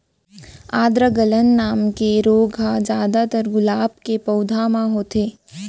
आद्र गलन नांव के रोग ह जादातर गुलाब के पउधा म होथे